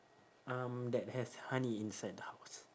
um that has honey inside the house